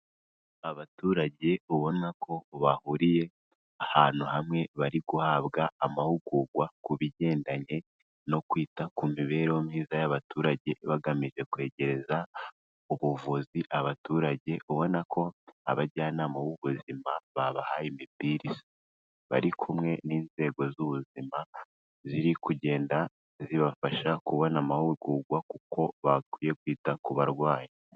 Abaturage ubona ko bahuriye ahantu hamwe, bari guhabwa amahugurwa ku bigendanye no kwita ku mibereho myiza y'abaturage bagamije kwegereza ubuvuzi abaturage, ubona ko abajyanama b'ubuzima babahaye imipira isa. Bari kumwe n'inzego z'ubuzima, ziri kugenda zibafasha kubona amahugurwa kuko bakwiye kwita ku barwayi.